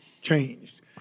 changed